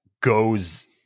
goes